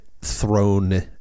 thrown